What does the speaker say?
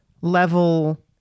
level